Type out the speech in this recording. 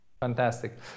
Fantastic